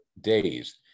days